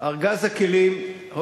אדוני ראש הממשלה, ארגז הכלים שלך